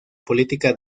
política